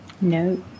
No